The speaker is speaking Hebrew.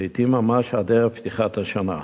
ולעתים ממש עד ערב פתיחת השנה.